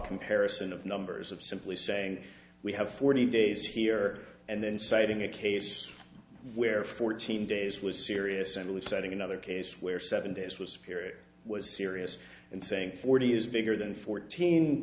comparison of numbers of simply saying we have forty days here and then citing a case where fourteen days was serious and really setting another case where seven days was fair was serious and saying forty is bigger than fourteen